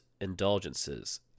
indulgences